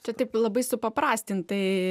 čia taip labai supaprastintai